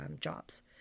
jobs